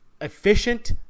efficient